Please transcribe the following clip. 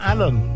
Alan